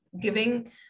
giving